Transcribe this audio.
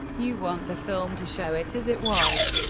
you want the film to show it as it was,